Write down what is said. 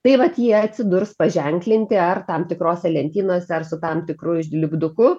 tai vat jie atsidurs paženklinti ar tam tikrose lentynose ar su tam tikru lipduku